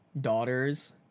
daughters